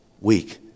weak